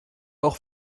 auch